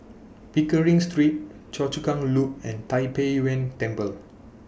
Pickering Street Choa Chu Kang Loop and Tai Pei Yuen Temple